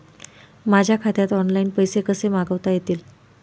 माझ्या खात्यात ऑनलाइन पैसे कसे मागवता येतील?